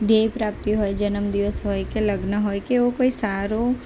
ધ્યેય પ્રાપ્તિ હોય જન્મદિવસ હોય કે લગ્ન હોય કે એવો કોઈ સારો